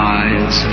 eyes